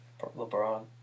LeBron